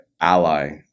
ally